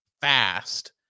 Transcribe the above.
fast